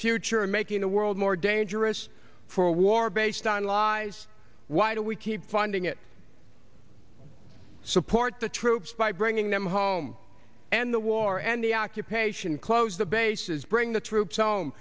future making the world more dangerous for a war based on lies why do we keep funding it support the troops by bringing them home and the war and the occupation close the bases bring the troops home